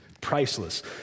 priceless